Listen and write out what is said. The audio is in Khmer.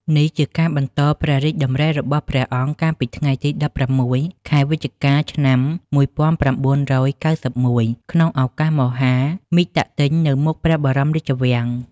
នេះជាការបន្តព្រះរាជតម្រិះរបស់ព្រះអង្គ កាលពីថ្ងៃទី១៦ ខែវិច្ឆិកា ឆ្នាំ១៩៩១ ក្នុងឱកាសមហាមិទ្ទិញនៅមុខព្រះបរមរាជវាំង។